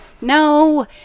No